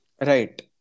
Right